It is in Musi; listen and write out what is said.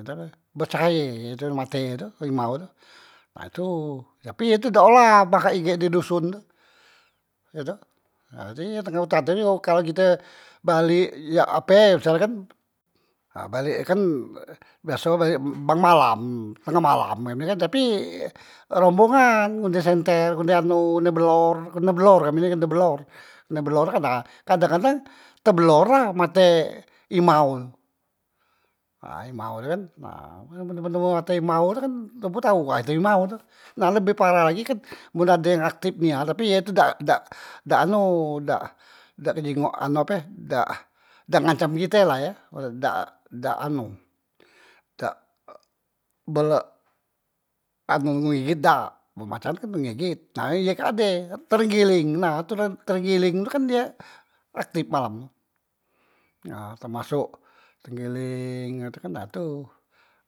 nah becahaye ye tu mate e tu imau tu. nah tu tapi ye tu dak ola pahak igek di doson tu ye tu, nah jadi ye tenga utan tadi kalo kite balek yak ape misal kan, nah balek e kan biaso balek bang malam tengah malam kami kan tapi rombongan ngunde senter ngunde anu ngunde belor keno belor kami ni keno belor, kene belor kan a kadang kadang tebelor la mate e imau tu, nah imau tu kan nah beno beno mate imau tu kan tobo tau, nah tu imau tu, nah lebeh parah lagi kan men ade yang aktip nia tapi ye tu dak dak dak anu, dak, dak kejingokan nu ape dak ngacam kite la ye, dak dak anu dak be e geget dak men macan kan geget, na ye kak ade trenggeleng nah tula, trenggeleng tu kan ye aktip malam tu, nah temasok trenggeleng kan da tu,